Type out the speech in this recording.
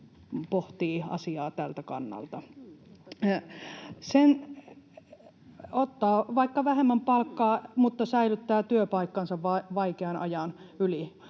pohtii asiaa tältä kannalta. Hän ottaa vaikka vähemmän palkkaa mutta säilyttää työpaikkansa vaikean ajan yli,